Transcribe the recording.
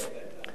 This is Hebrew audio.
אני ממשיך: